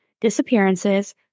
disappearances